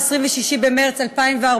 26 במרס 2014,